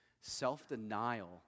Self-denial